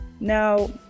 Now